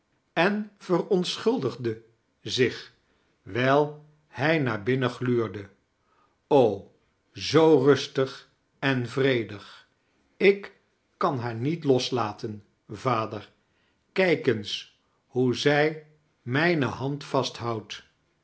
en verontschuldigde zich wijl hq naar binnen gluurde zoo rustig en vredig ik kan haar niet loslaten vader kijk eens hoe zij mijne hand vasthoudt